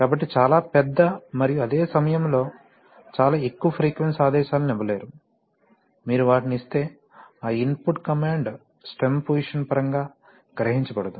కాబట్టి చాలా పెద్ద మరియు అదే సమయంలో చాలా ఎక్కువ ఫ్రీక్వెన్సీ ఆదేశాలను ఇవ్వలేరు మీరు వాటిని ఇస్తే ఆ ఇన్పుట్ కమాండ్ స్టెమ్ పోసిషన్ పరంగా గ్రహించబడదు